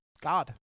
God